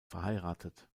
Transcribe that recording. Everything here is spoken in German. verheiratet